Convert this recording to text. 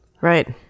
Right